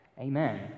Amen